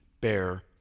bear